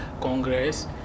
Congress